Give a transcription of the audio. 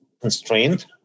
constraint